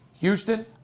Houston